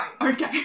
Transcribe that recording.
Okay